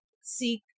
seek